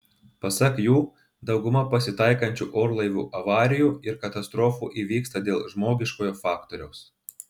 pasak jų dauguma pasitaikančių orlaivių avarijų ir katastrofų įvyksta dėl žmogiškojo faktoriaus